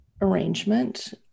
arrangement